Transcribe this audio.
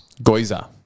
Goiza